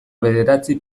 bederatzi